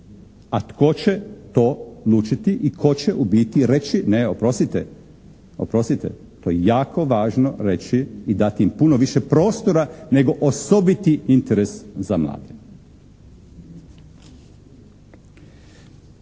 A tko će to odlučiti i tko će u biti reći ne oprostite, oprostite to je jako važno reći i dati im puno više prostora nego osobiti interes za mlade.